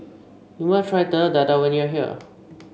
you must try Telur Dadah when you are here